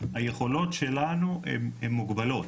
היכולות שלנו הן מוגבלות,